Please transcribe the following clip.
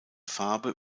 farbe